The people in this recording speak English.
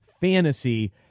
fantasy